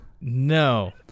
No